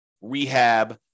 rehab